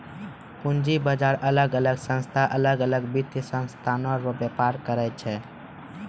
पूंजी बाजार अलग अलग संस्था अलग वित्तीय साधन रो व्यापार करै छै